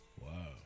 Wow